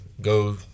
go